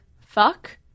fuck